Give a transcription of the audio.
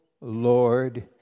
Lord